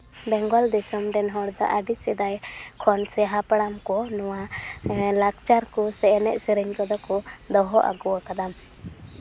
ᱵᱮᱝᱜᱚᱞ ᱫᱤᱥᱚᱢ ᱨᱮᱱ ᱦᱚᱲ ᱫᱚ ᱟᱹᱰᱤ ᱥᱮᱫᱟᱭ ᱠᱷᱚᱱ ᱥᱮ ᱦᱟᱯᱲᱟᱢ ᱠᱚ ᱱᱚᱶᱟ ᱮᱸ ᱞᱟᱠᱪᱟᱨ ᱠᱚ ᱥᱮ ᱮᱱᱮᱡᱼᱥᱮᱨᱮᱧ ᱠᱚᱫᱚ ᱠᱚ ᱫᱚᱦᱚ ᱟᱜᱩᱣᱟᱠᱟᱫᱟ